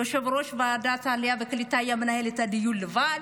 יושב-ראש ועדת העלייה והקליטה היה מנהל את הדיון לבד?